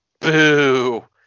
boo